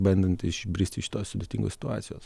bandant išbristi iš tos sudėtingos situacijos